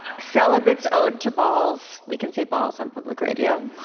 celibate's ode to balls we can say balls on public radio.